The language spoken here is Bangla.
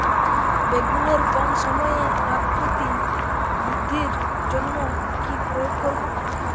বেগুনের কম সময়ে আকৃতি বৃদ্ধির জন্য কি প্রয়োগ করব?